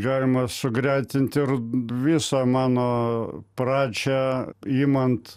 galima sugretinti ir visą mano pradžią imant